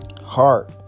heart